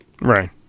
Right